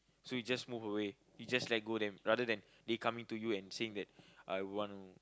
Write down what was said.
so you just move away you just let go then rather than they coming to you and saying that I want